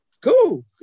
cool